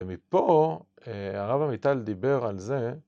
‫ומפה הרב עמיטל דיבר על זה.